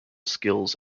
skills